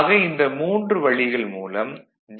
ஆக இந்த மூன்று வழிகள் மூலம் டி